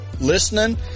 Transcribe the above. listening